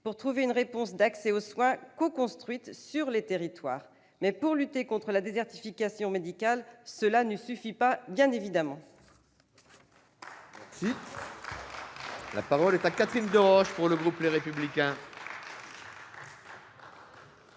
pour trouver une réponse d'accès aux soins coconstruite sur les territoires. Néanmoins, pour lutter contre la désertification médicale, cela ne suffit pas, bien évidemment